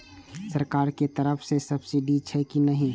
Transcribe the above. सरकार के तरफ से सब्सीडी छै कि नहिं?